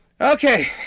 Okay